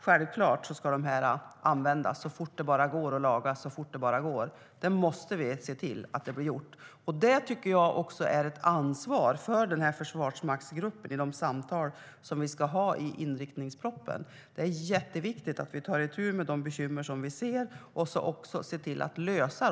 Självklart ska materielen användas så fort det bara går att få den lagad. Vi måste se till att det blir gjort. Det tycker jag är ett ansvar också för försvarsmaktsgruppen i de samtal som vi ska ha i samband med inriktningspropositionen. Det är jätteviktigt att vi tar itu med de bekymmer som finns och ser till att de löses.